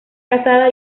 casada